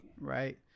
Right